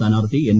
സ്ഥാനാർത്ഥി എൻ